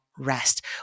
Rest